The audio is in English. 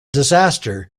disaster